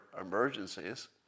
emergencies